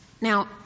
Now —